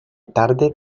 tarde